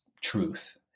truth